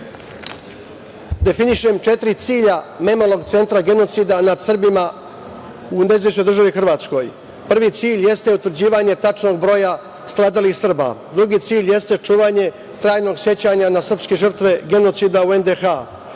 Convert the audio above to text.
definišem četiri cilja Memorijalnog centra „Genocida nad Srbima“, u nezavisnoj državi Hrvatskoj. Prvi cilj jeste utvrđivanje tačnog broja stradalih Srba, drugi cilj jeste čuvanje trajnog sećanja na srpske žrtve genocida u NDH.